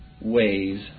ways